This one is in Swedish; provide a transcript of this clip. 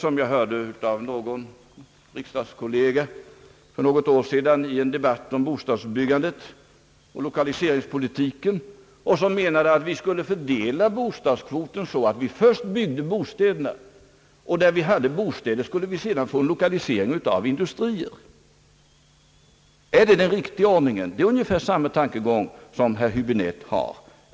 I en debatt för något år sedan om bostadsbyggandet och lokaliseringspolitiken gav en riksdagskollega uttryck för den uppfattningen att vi skulle fördela byggkvoten så, att vi först byggde bostäderna, och där man sedan hade bostäder skulle man få lokalisering av industrier. Det är ungefär samma tankegång som den herr Häbinette har.